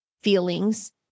feelings